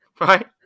Right